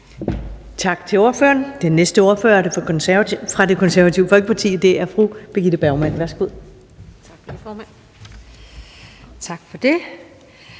Tak til ordføreren. Den næste ordfører er fra Det Konservative Folkeparti. Det er fru Birgitte Bergman. Værsgo. Kl.